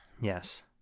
Yes